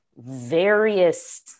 various